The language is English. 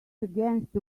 against